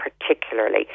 particularly